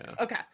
okay